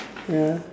ya